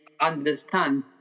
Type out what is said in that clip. understand